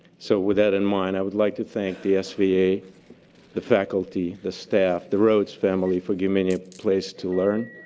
so with that in mind, i would like to thank the ah sva, the faculty, the staff, the rhodes family for giving me a place to learn,